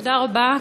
תודה רבה,